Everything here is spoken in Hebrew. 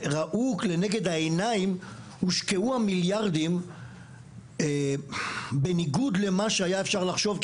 ראו לנגד העיניים שהושקעו המיליארדים בניגוד למה שהיה אפשר לחשוב.